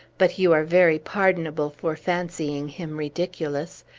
but you are very pardonable for fancying him ridiculous.